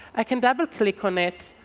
i can double click on it